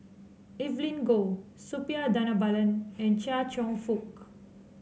Evelyn Goh Suppiah Dhanabalan and Chia Cheong Fook